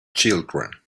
children